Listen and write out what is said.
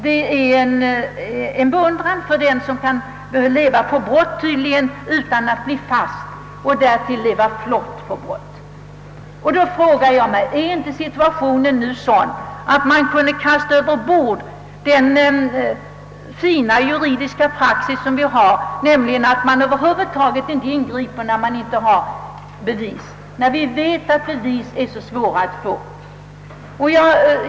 Det finns tydligen en beundran för dem som kan leva — och leva flott — på brott utan att bli fast. Är inte läget nu sådant att man borde kasta överbord den fina juridiska praxis som innebär att man över huvud taget inte ingriper utan bevis, när vi vet att i dessa fall bevis är så svåra att få?